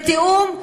בתיאום,